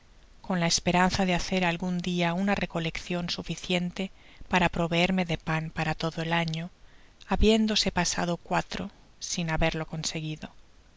con la esperanza de hacer algun dia una recoleccion suficiente para proveerme de pan para todo el ano habiéndose pasado cuatro sin haberlo conseguido